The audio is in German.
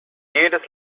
jedes